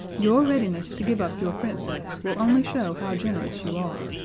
your readiness to give up your princess will only show how generous you are.